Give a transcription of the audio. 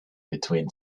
between